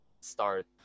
start